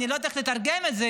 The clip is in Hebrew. אני לא יודעת איך לתרגם את זה,